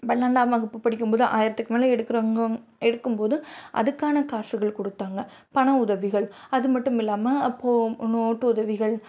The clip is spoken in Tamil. பன்னெண்டாம் வகுப்பு படிக்கும்போது ஆயிரத்துக்கு மேலே எடுக்கிறவங்க எடுக்கும்போது அதுக்கான காசுகள் கொடுத்தாங்க பணம் உதவிகள் அதுமட்டும் இல்லாமல் அப்போது நோட்டு உதவிகள்